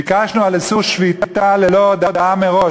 ביקשנו על איסור שביתה ללא הודעה מראש,